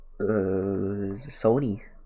Sony